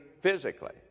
physically